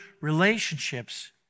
relationships